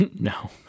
No